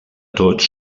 tots